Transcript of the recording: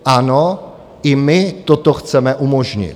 Ano, i my toto chceme umožnit.